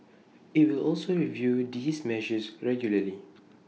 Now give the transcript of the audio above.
IT will also review these measures regularly